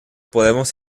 podemos